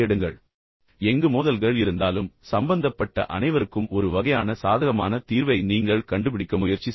எனவே எங்கு மோதல்கள் இருந்தாலும் சம்பந்தப்பட்ட அனைவருக்கும் ஒரு வகையான சாதகமான தீர்வை நீங்கள் கண்டுபிடிக்க முயற்சி செய்யுங்கள்